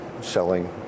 selling